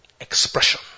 expression